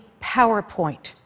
PowerPoint